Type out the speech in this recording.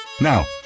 Now